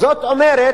זאת אומרת,